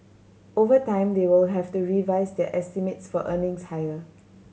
over time they will have to revise their estimates for earnings higher